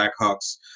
Blackhawks